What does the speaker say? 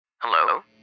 Hello